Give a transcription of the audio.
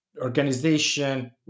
organization